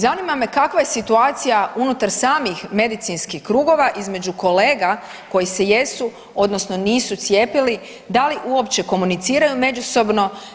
Zanima me kakva je situacija unutar samih medicinskih krugova između kolega koji se jesu odnosno nisu cijepili, da li uopće komuniciraju međusobno?